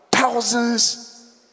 thousands